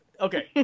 Okay